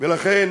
לכן